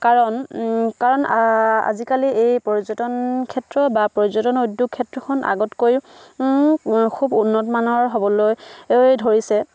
কাৰণ আজিকালি এই পৰ্যটন ক্ষেত্ৰ বা পৰ্যটন উদ্যোগ ক্ষেত্ৰখন আগতকৈ খুব উন্নতমানৰ হ'বলৈ ধৰিছে